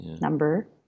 number